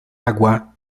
agua